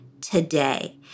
today